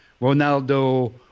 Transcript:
Ronaldo